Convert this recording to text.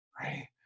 right